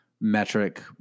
metric